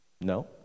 No